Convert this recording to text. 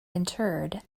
interred